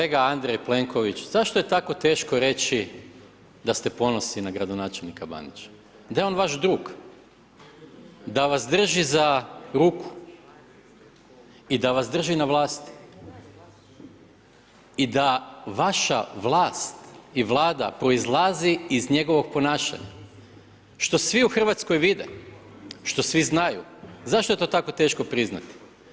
Zašto je, kolega Andrej Plenković, zašto je tako teško reći da ste ponosni na gradonačelnika Bandića, da je on vaš drug, da vas drži za ruku i da vas drži na vlasti i da vaša vlast i Vlada proizlazi iz njegovog ponašanja što svi u Hrvatskoj vide, što svi znaju, zašto je to tako teško priznati?